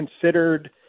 considered